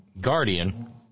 Guardian